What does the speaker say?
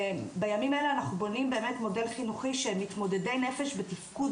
בימים האלה אנחנו בונים מודל חינוכי שמתמודדי נפש בתפקוד